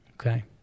Okay